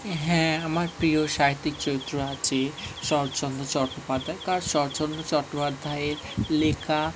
হ্যাঁ আমার প্রিয় সাহিত্যিক চরিত্র আছে শরৎচন্দ্র চট্টোপাধ্যায় কার শরৎচন্দ্র চট্টোপাধ্যায়ের লেখা